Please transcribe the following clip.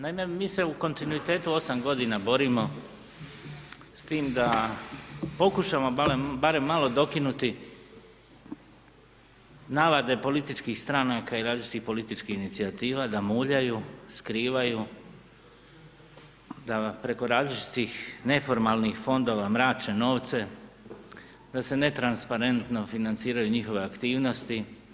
Naime mi se u kontinuitetu 8 godina borimo s tim da pokušamo barem malo dokinuti navade političkih stranaka i različitih političkih inicijativa da muljaju, skrivaju, da preko različitih neformalnih fondova mrače novce, da se netransparentno nefinanciraju njihove aktivnosti.